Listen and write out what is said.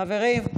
חברים.